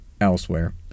elsewhere